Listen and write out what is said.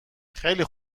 خیلی